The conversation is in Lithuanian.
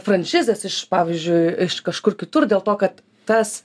franšizės iš pavyzdžiui iš kažkur kitur dėl to kad tas